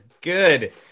good